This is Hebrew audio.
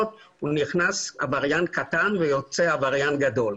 והוא נכנס עבריין קטן ויוצא עבריין גדול.